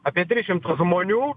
apie tris šimtus žmonių